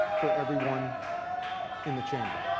for everyone in the chamber.